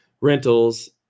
rentals